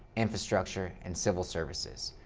infrastructure, and civil services.